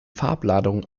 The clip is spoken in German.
farbladung